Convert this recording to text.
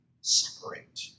separate